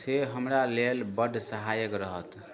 से हमरा लेल बड्ड सहायक रहत